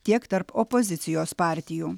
tiek tarp opozicijos partijų